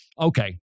Okay